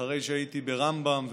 אחרי שהייתי ברמב"ם,